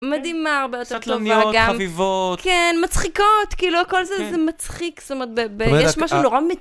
מדהימה, הרבה יותר טובה, גם חביבות, כן, מצחיקות, כאילו הכל זה מצחיק, זאת אומרת, יש משהו נורא מטורף.